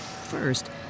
First